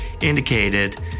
indicated